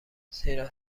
زیرا